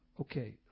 Okay